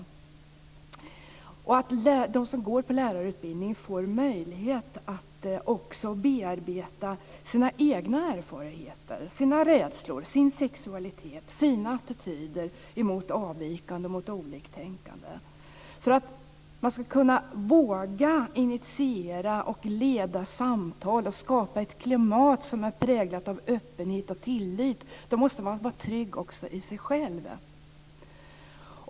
Det är viktigt att de som går på lärarutbildningen får möjlighet att bearbeta sina egna erfarenheter, sina rädslor, sin sexualitet, sina attityder mot avvikande och mot oliktänkande. För att man ska våga initiera och leda samtal och skapa ett klimat som är präglat av öppenhet och tillit måste man vara trygg i sig själv.